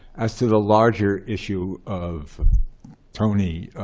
as to the larger issue of tony